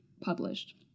published